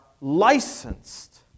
licensed